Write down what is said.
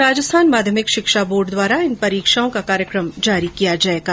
इसके बाद राजस्थान माध्यमिक शिक्षा बोर्ड द्वारा इन परीक्षाओं का कार्यक्रम जारी किया जाएगा